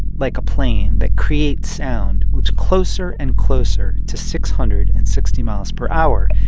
like a plane, that creates sound moves closer and closer to six hundred and sixty miles per hour,